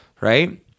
right